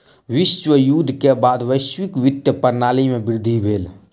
विश्व युद्ध के बाद वैश्विक वित्तीय प्रणाली में वृद्धि भेल